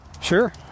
Sure